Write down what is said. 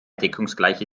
deckungsgleiche